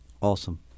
Awesome